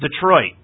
Detroit